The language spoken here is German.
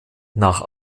nach